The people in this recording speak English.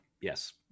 Yes